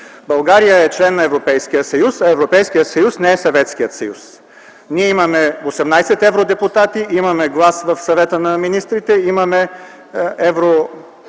България е член на Европейския съюз, а Европейският съюз не е Съветският съюз. Ние имаме 18 евродепутати, имаме глас в Съвета на министрите, имаме еврокомисар